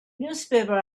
newspaper